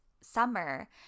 summer